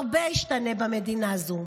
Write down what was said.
הרבה ישתנה במדינה הזאת.